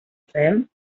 fem